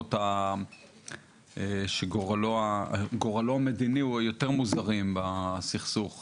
מהמקומות שגורלו המדיני הוא בין היותר מוזרים בסכסוך,